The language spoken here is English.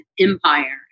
empire